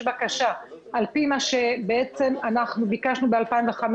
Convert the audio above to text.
בקשה על פי מה שבעצם אנחנו ביקשנו ב-2015,